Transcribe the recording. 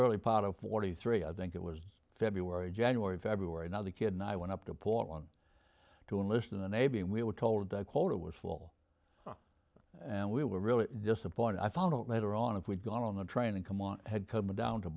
early part of forty three i think it was february january february another kid and i went up to paul on to enlist in the navy and we were told the quota was full and we were really disappointed i found out later on if we'd gone on the train and come on had come down to